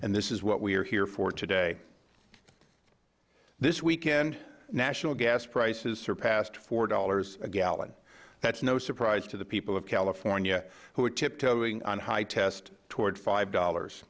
and this is what we are here for today this weekend national gas prices surpassed four dollars a gallon that's no surprise to the people of california who are tiptoeing on high steps toward five dollars